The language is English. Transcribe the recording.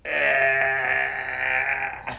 eh